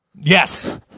Yes